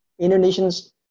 Indonesians